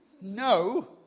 no